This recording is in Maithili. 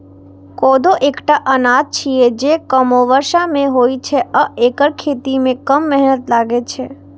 कोदो एकटा अनाज छियै, जे कमो बर्षा मे होइ छै आ एकर खेती मे कम मेहनत लागै छै